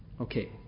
Okay